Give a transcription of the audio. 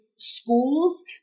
schools